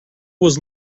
was